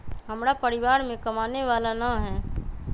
हमरा परिवार में कमाने वाला ना है?